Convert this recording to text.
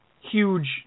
huge